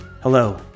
Hello